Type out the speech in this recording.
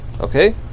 Okay